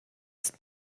ist